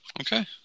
Okay